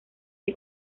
que